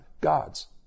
God's